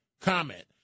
comment